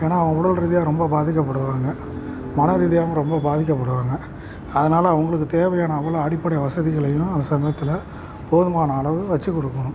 ஏன்னால் உடல் ரீதியாக ரொம்ப பாதிக்கப்படுவாங்க மன ரீதியாகவும் ரொம்ப பாதிக்கப்படுவாங்க அதனால அவங்களுக்கு தேவையான அவ்வளோ அடிப்படை வசதிகளையும் அந்த சமயத்தில் போதுமான அளவு வச்சுக் கொடுக்குணும்